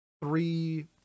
three